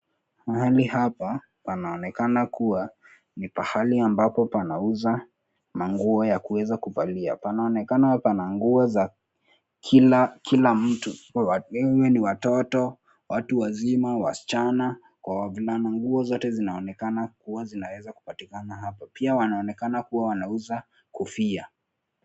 Mahali hapa panaonekana kuwa ni pahali ambapo panauza manguo ya kuweza kuvalia. Panaonekana pana nguo za kila mtu, iwe ni watoto, watu wazima, wasichana kwa wavulana , nguo zote zinaonekana kuwa zinaeza kupatikana hapa. Pia wanaonekana kuwa wanauza kofia.